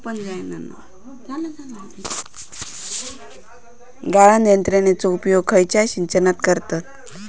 गाळण यंत्रनेचो उपयोग खयच्या सिंचनात करतत?